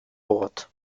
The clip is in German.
bord